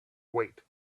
wait